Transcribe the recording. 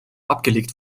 abgelegt